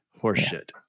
Horseshit